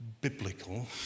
biblical